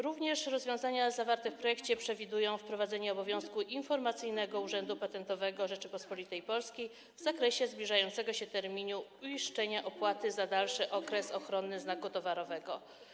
Również rozwiązania zawarte w projekcie przewidują wprowadzenie obowiązku informacyjnego Urzędu Patentowego Rzeczypospolitej Polskiej w zakresie zbliżającego się terminu uiszczenia opłaty za dalszy okres ochronny znaku towarowego.